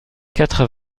quatre